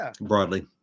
broadly